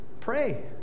Pray